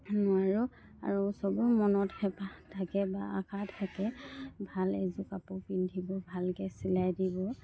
নোৱাৰোঁ আৰু চবৰ মনত হেঁপাহ থাকে বা আশা থাকে ভাল এযোৰ কাপোৰ পিন্ধিব ভালকৈ চিলাই দিব